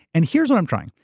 and here's what i'm trying.